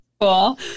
cool